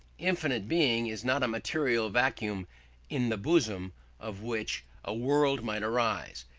infinite being is not a material vacuum in the bosom of which a world might arise.